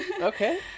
okay